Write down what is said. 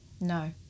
No